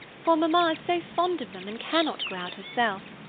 for mamma is so fond of them and cannot go out herself.